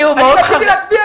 רציתי להצביע לך,